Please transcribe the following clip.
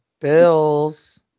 bills